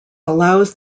allows